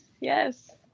yes